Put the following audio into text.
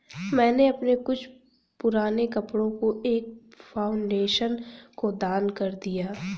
मैंने अपने कुछ पुराने कपड़ो को एक फाउंडेशन को दान कर दिया